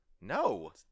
no